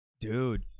Dude